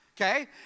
okay